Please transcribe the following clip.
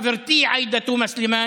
חברתי עאידה תומא סלימאן,